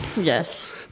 yes